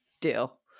Deal